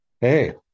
Hey